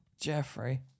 Jeffrey